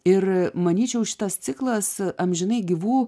ir manyčiau šitas ciklas e amžinai gyvų